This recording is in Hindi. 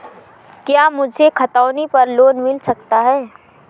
क्या मुझे खतौनी पर लोन मिल सकता है?